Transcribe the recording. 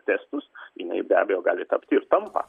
testus jinai be abejo gali tapti ir tampa